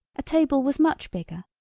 a table was much bigger,